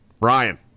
ryan